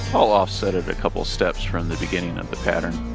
i'll offset it a couple steps from the beginning of the pattern.